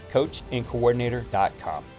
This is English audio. coachandcoordinator.com